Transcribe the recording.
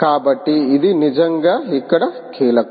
కాబట్టి ఇది నిజంగా ఇక్కడ కీలకం